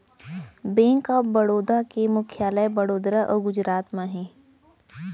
bank of Baroda के मुख्यालय बड़ोदरा अउ गुजरात म हे